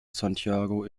santiago